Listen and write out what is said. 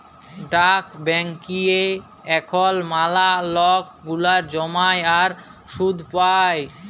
ডাক ব্যাংকিংয়ে এখল ম্যালা লক টাকা জ্যমায় আর সুদ পায়